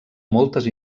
moltes